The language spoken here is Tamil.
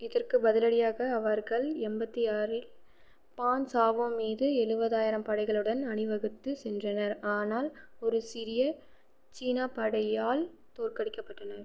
இதற்கு பதிலடியாக அவர்கள் எண்பத்தி ஆறில் பான் சாவோ மீது எழுபதாயிரம் படைகளுடன் அணிவகுத்து சென்றனர் ஆனால் ஒரு சிறிய சீனா படையால் தோற்கடிக்கப்பட்டனர்